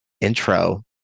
intro